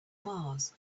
mars